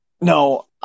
no